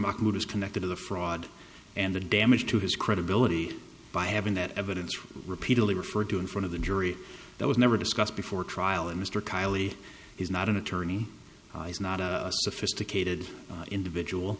mahmood is connected to the fraud and the damage to his credibility by having that evidence repeatedly referred to in front of the jury that was never discussed before trial and mr kiley is not an attorney is not a sophisticated individual